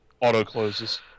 auto-closes